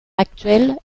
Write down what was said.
actuelle